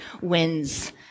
wins